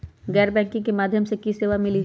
गैर बैंकिंग के माध्यम से की की सेवा मिली?